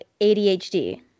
ADHD